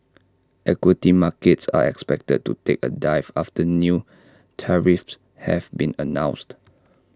equity markets are expected to take A dive after new tariffs have been announced